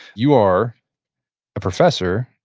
you are a professor,